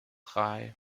drei